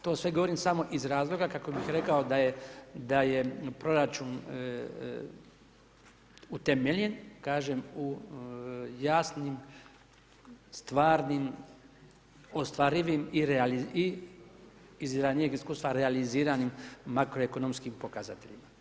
To sve govorim samo iz razloga kako bih rekao da je proračun utemeljen kažem u jasnim, stvarnim, ostvarivim i iz ranijeg iskustva realiziranim makroekonomskim pokazateljima.